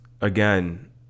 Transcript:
again